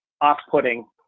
off-putting